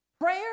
Prayer